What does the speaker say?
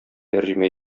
тәрҗемә